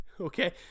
okay